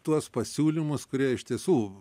tuos pasiūlymus kurie iš tiesų